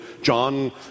John